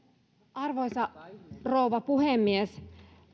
arvoisa rouva puhemies